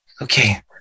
Okay